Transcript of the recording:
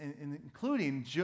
including